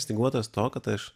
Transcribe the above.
styguotas to kad aš